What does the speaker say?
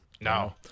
No